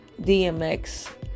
DMX